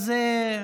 סליחה,